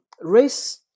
Race